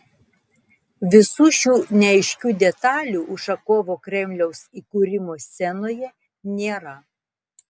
visų šių neaiškių detalių ušakovo kremliaus įkūrimo scenoje nėra